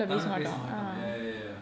தமிழ்லபேசமாட்டோம்:tamizhla pesa maatom ya ya ya